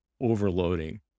overloading